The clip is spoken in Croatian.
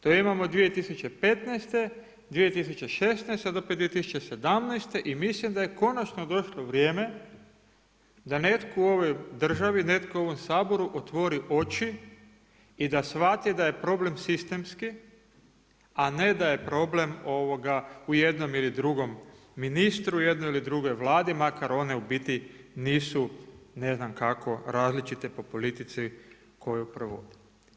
To imamo 2015., 2016. sad opet 2017. i mislim da je konačno došlo vrijeme da netko u ovoj državi, netko u ovom Saboru otvori oči i da shvati da je problem sistemski, a ne da je problem u jednom ili drugom ministru, u jednoj ili drugoj Vladi makar one u biti nisu ne znam kako različite po politici koju provode.